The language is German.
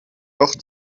doch